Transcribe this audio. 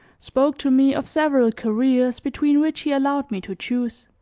spoke to me of several careers between which he allowed me to choose.